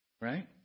Right